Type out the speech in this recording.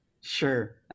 Sure